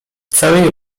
całej